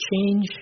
change